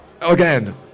again